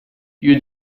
più